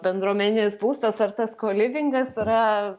bendruomeninis būstas ar tas kolivingas yra